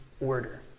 order